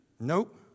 Nope